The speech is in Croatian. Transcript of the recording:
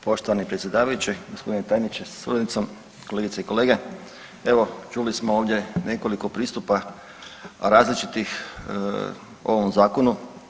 Poštovani predsjedavajući, gospodine tajniče sa suradnicom, kolegice i kolege evo čuli smo ovdje nekoliko pristupa različitih o ovom zakonu.